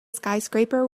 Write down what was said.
skyscraper